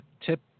tip